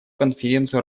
конференцию